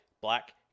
black